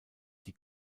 die